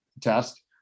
test